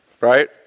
right